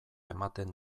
ematen